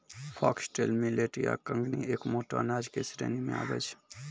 foxtail millet या कंगनी एक मोटो अनाज के श्रेणी मॅ आबै छै